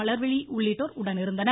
மலர்விழி உள்ளிட்டோர் உடனிருந்தனர்